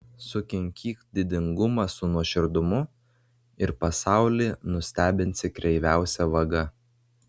sukinkyk didingumą su nuoširdumu ir pasaulį nustebinsi kreiviausia vaga